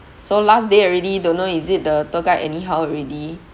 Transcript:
so last day already don't know is it the tour guide anyhow already